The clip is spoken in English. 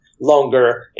longer